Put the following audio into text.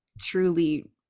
truly